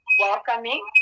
welcoming